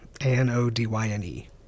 A-N-O-D-Y-N-E